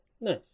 Nice